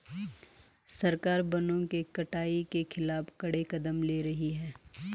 सरकार वनों की कटाई के खिलाफ कड़े कदम ले रही है